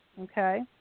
okay